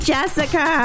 Jessica